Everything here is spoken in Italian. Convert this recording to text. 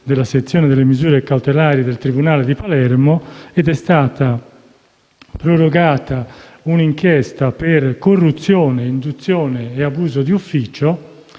della sezione delle misure cautelari del tribunale di Palermo, ed è stata prorogata un'inchiesta per corruzione, induzione e abuso di ufficio.